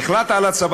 ההחלטה על הצבת